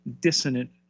dissonant